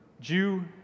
Jew